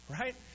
Right